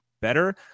better